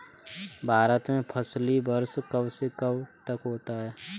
भारत में फसली वर्ष कब से कब तक होता है?